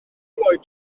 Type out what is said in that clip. lloyd